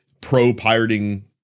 pro-pirating